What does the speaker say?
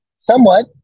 Somewhat